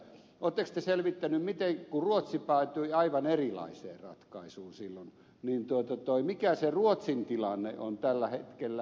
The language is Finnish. oletteko te selvittänyt kun ruotsi päätyi aivan erilaiseen ratkaisuun silloin mikä se ruotsin tilanne on tällä hetkellä